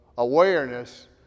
awareness